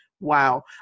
Wow